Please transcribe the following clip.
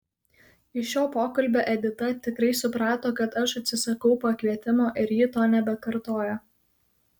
iš šio pokalbio edita tikrai suprato kad aš atsisakau pakvietimo ir ji to nebekartojo